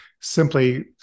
simply